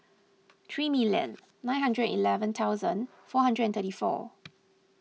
three million nine hundred and eleven thousand four hundred and thirty four